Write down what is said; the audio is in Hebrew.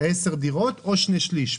10 דירות או שני שלישים?